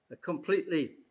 completely